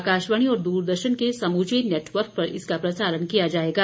आकाशवाणी और दूरदर्शन के समूचे नेटवर्क पर इसका प्रसारण किया जायेगा